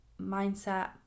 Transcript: mindset